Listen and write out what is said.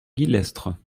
guillestre